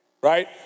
Right